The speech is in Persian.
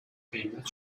قیمت